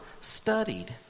studied